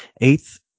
Eighth